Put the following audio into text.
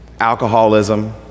alcoholism